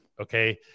Okay